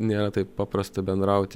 nėra taip paprasta bendrauti